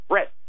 Red